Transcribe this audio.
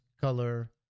color